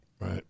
Right